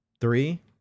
Three